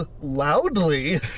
loudly